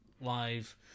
live